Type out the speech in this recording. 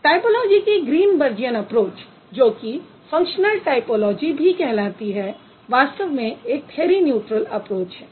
typology की Greenbergian approach जो कि फंक्शनलिस्ट टायपोलॉजी भी कहलाती है वास्तव में एक थ्यरी न्यूट्रल ऐप्रोच है